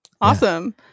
awesome